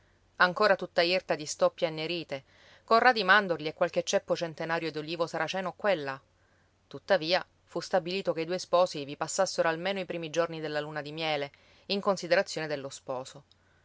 ancor tutta irta di stoppie annerite con radi mandorli e qualche ceppo centenario d'olivo saraceno qua e là tuttavia fu stabilito che i due sposi vi passassero almeno i primi giorni della luna di miele in considerazione dello sposo